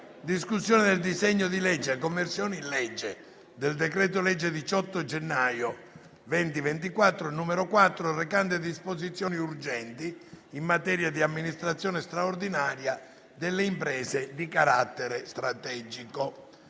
di esame del disegno di legge recante "Conversione in legge del decreto-legge 18 gennaio 2024, n. 4, recante disposizioni urgenti in materia di amministrazione straordinaria delle imprese a carattere strategico"